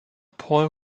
paul